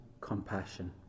compassion